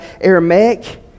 Aramaic